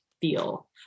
feel